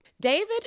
David